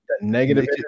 negative